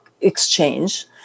exchange